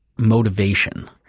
motivation